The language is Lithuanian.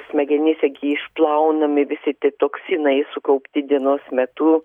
smegenyse gi išplaunami visi tie toksinai sukaupti dienos metu